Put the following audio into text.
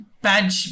bad